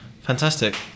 Fantastic